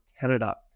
Canada